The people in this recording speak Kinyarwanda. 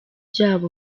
byabo